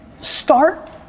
Start